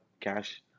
cash